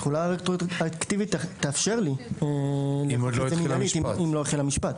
התחולה הרטרואקטיבית תאפשר לי --- מינהלית אם לא החל המשפט.